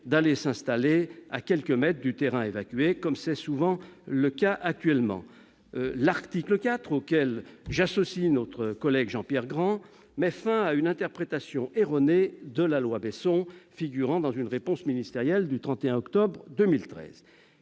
d'aller s'installer à quelques mètres du terrain évacué, comme c'est souvent le cas actuellement. L'article 4, auquel j'associe notre collègue Jean-Pierre Grand, met fin à une interprétation erronée de la loi Besson figurant dans une réponse ministérielle du 31 octobre 2013.